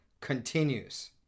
continues